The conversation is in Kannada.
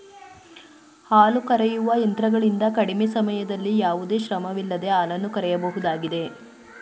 ಹಾಲು ಕರೆಯುವ ಯಂತ್ರಗಳಿಂದ ಕಡಿಮೆ ಸಮಯದಲ್ಲಿ ಯಾವುದೇ ಶ್ರಮವಿಲ್ಲದೆ ಹಾಲನ್ನು ಕರೆಯಬಹುದಾಗಿದೆ